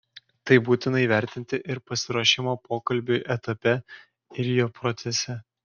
tai būtina įvertinti ir pasiruošimo pokalbiui etape ir jo procese